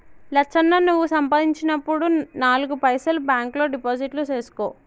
లచ్చన్న నువ్వు సంపాదించినప్పుడు నాలుగు పైసలు బాంక్ లో డిపాజిట్లు సేసుకో